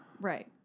Right